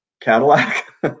Cadillac